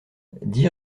dix